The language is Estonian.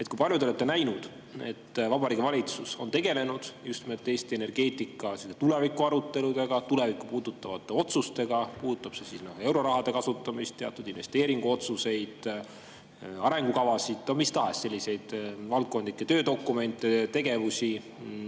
Kui palju te olete näinud, et Vabariigi Valitsus on tegelenud just nimelt Eesti energeetika tuleviku aruteluga, tulevikku puudutavate otsustega, puudutab see siis euroraha kasutamist, teatud investeeringuotsuseid, arengukavasid, mis tahes selliseid valdkondlikke töödokumente, tegevusi